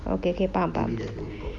okay okay faham faham